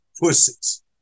pussies